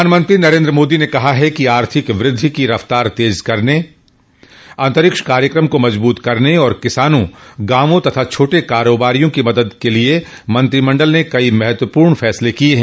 प्रधानमंत्री नरेन्द्र मोदी ने कहा है कि आर्थिक वृद्धि की रफ्तार तेज करने अंतरिक्ष कार्यक्रम को मजबूत करने और किसानों गांवों तथा छोटे कारोबारियों की मदद के लिए मंत्रिमंडल ने कई महत्वपूर्ण निर्णय लिए हैं